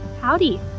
Howdy